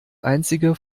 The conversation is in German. einzige